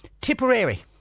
Tipperary